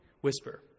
whisper